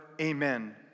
amen